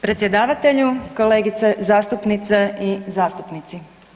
Predsjedavatelju, kolegice zastupnice i zastupnici.